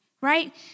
right